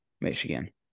Michigan